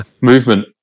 movement